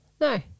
No